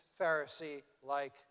Pharisee-like